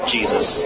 Jesus